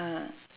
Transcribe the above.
ah